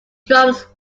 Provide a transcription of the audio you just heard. drums